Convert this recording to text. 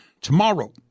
tomorrow